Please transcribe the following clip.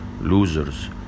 losers